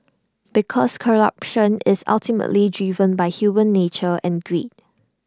because corruption is ultimately driven by human nature and greed